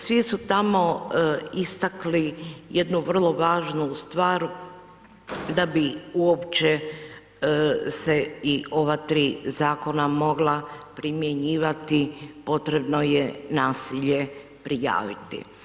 Svi su tamo istakli jednu vrlo važnu stvar da bi uopće se i ova tri zakona mogla primjenjivati potrebno je nasilje prijaviti.